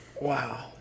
Wow